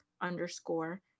underscore